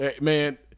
man